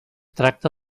tracta